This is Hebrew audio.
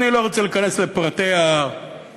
אני לא רוצה להיכנס לפרטי ההסכם,